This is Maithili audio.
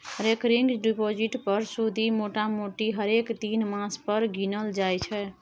रेकरिंग डिपोजिट पर सुदि मोटामोटी हरेक तीन मास पर गिनल जाइ छै